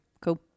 cool